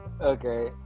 Okay